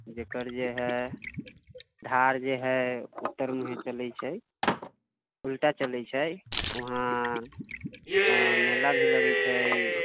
जेकर जे हय धार जे हय उत्तर मुँहे चलैत छै उल्टा चलैत छै वहाँ मेला भी लगैत छै